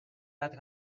bat